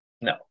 No